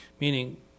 meaning